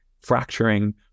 fracturing